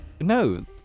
No